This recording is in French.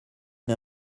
une